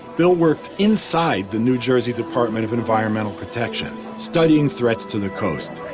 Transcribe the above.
bill worked inside the new jersey department of environmental protection, studying threats to the coast.